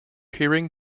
hearing